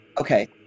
okay